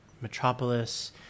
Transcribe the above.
metropolis